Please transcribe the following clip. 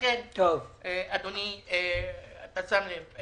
לכן, אדוני, אתה שם לב.